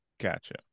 Gotcha